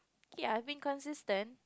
ya I keep on consistent